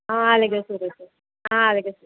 ఆ అలాగే సురేషు ఆ అలాగే